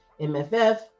MFF